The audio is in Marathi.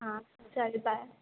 हां चालेल बाय